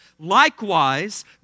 Likewise